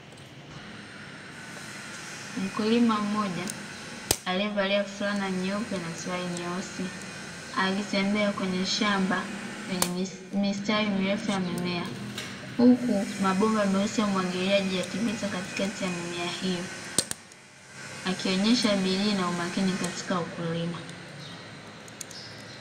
Mkulima mmoja aliyevalia fulana nyeupe na suruali nyeusi, akitembea kwenye shamba lenye mistari mirefu ya mimea, huku mabomba meusi ya umwagiliaji yakipita katikati ya mimea hiyo akionyesha bidii na umakini katika ukulima.